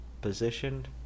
positioned